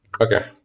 Okay